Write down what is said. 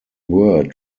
were